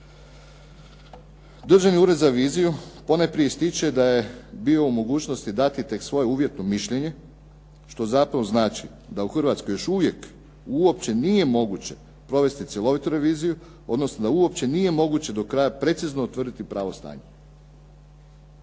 Državni ured za reviziju ponajprije ističe da je bio u mogućnosti dati tek svoje uvjetno mišljenje što zapravo znači da u Hrvatskoj još uvijek uopće nije moguće provesti cjelovitu reviziju odnosno da uopće nije moguće do kraja precizno utvrditi pravo stanje.